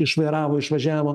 išvairavo išvažiavo